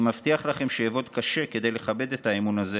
אני מבטיח לכם שאעבוד קשה כדי לכבד את האמון הזה